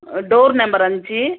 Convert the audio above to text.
door number அஞ்சு